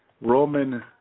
Roman